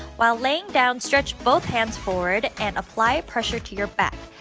while laying down stretch both hands forward and apply pressure to your back.